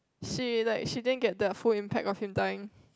!shit! like she didn't get the full impact of him dying